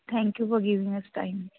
thank you for giving us time